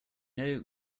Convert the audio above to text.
know